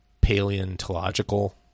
paleontological